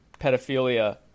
pedophilia